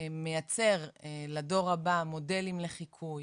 מייצר לדור הבא מודלים לחיקוי,